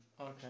Okay